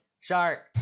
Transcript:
Shark